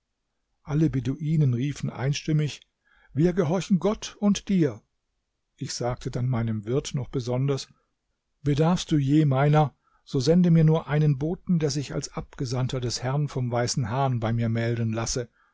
alle beduinen riefen einstimmig wir gehorchen gott und dir ich sagte dann meinem wirt noch besonders bedarfst du je meiner so sende mir nur einen boten der sich als abgesandter des herrn vom weißen hahn bei mir melden lasse